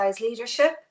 leadership